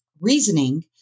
reasoning